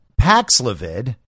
Paxlovid